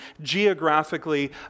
geographically